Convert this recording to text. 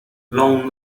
long